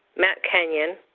matt kenyon,